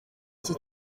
iki